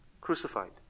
crucified